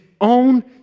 own